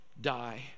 die